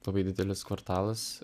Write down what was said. labai didelis kvartalas